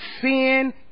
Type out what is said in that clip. sin